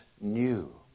new